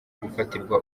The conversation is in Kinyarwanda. gufatirwa